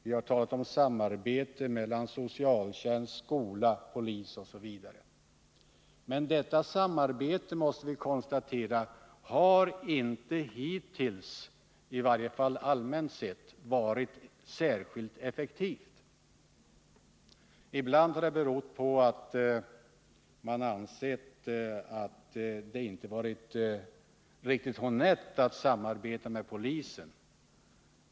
Vi har talat om samarbete mellan socialtjänst, skola, polis osv. Men detta samarbete — det måste vi konstatera — har inte hittills, i varje fall allmänt sett, varit särskilt effektivt. Ibland har det berott på att man ansett att det inte varit riktigt honnett att samarbeta med polisen.